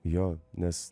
jo nes